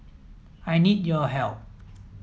I need your help